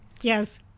Yes